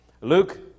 Luke